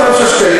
25 שקלים,